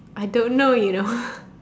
I don't know you know